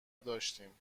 داشتیم